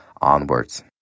onwards